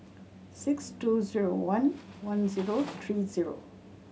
six two zero one one zero three zero